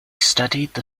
studied